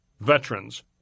veterans